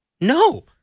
no